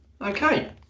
okay